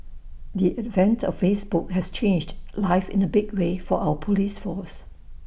the advent of Facebook has changed life in A big way for our Police force